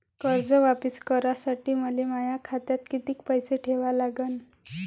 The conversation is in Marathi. कर्ज वापिस करासाठी मले माया खात्यात कितीक पैसे ठेवा लागन?